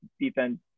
defense